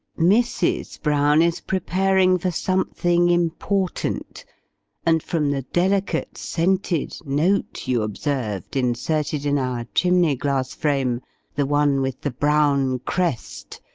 mrs. brown is preparing for something important and, from the delicate scented note you observed inserted in our chimney-glass-frame the one with the brown crest,